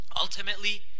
Ultimately